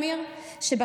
אמיר,